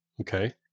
Okay